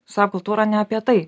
sap kultūra ne apie tai